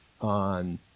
on